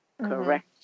correct